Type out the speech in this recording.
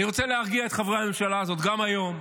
אני רוצה להרגיע את חברי הממשלה הזאת: גם היום,